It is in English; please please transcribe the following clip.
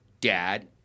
dad